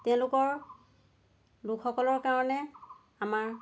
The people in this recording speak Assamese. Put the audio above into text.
তেওঁলোকৰ লোকসকলৰ কাৰণে আমাৰ